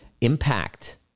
impact